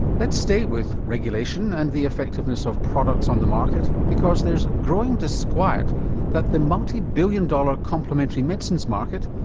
let's stay with regulation and the effectiveness of products on the market because there's growing disquiet that the multibillion dollar complementary medicines market,